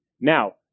Now